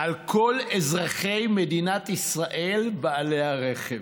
על כל אזרחי מדינת ישראל בעלי הרכב?